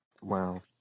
Wow